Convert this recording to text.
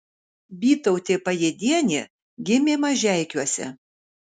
bytautė pajėdienė gimė mažeikiuose